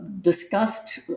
discussed